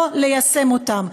לא ליישם אותם,